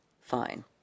fine